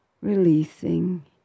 releasing